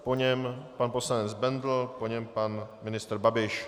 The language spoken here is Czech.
Po něm pan poslanec Bendl, po něm pan ministr Babiš.